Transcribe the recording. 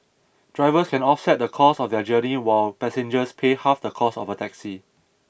drivers can offset the cost of their journey while passengers pay half the cost of a taxi